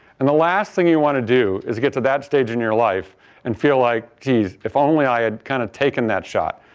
and the last thing you want to do is get to that stage in your life and feel like, jeez, if only i had kind of taken that shot.